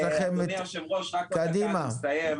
אדוני היושב ראש רק דקה אני אסיים,